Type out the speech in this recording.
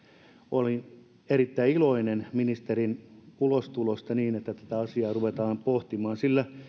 olin erittäin iloinen ministerin ulostulosta niin että tätä asiaa ruvetaan pohtimaan